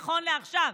נכון לעכשיו,